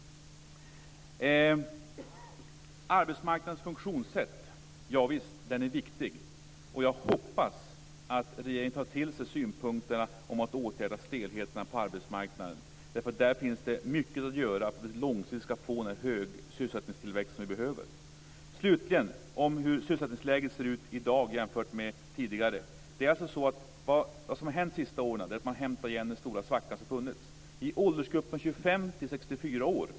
Arbetsmarknadens funktionssätt är viktig. Jag hoppas att regeringen tar till sig synpunkterna om att åtgärda stelheterna på arbetsmarknaden. Där finns det mycket att göra för att långsiktigt få en hög sysselsättningstillväxt. Slutligen några ord om hur sysselsättningsläget ser ut i dag jämfört med tidigare. Under de senaste åren har den stora svackan hämtats igen. Läget har knappast förbättrats från 1993-1994 till 1998 för åldersgruppen 25-64 år.